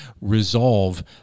resolve